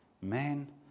Man